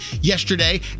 yesterday